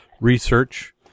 research